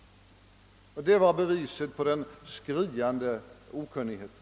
Det skulle vara ett bevis på en skriande okunnighet.